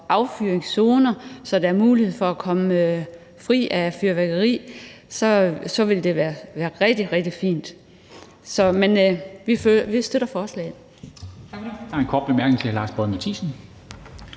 affyringszoner, så der er mulighed for at komme fri af fyrværkeri, og et forbud mod raketter, ville det være rigtig, rigtig fint. Men vi støtter forslaget.